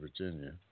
Virginia